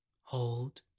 Hold